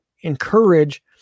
encourage